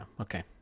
Okay